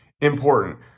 important